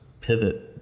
pivot